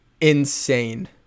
insane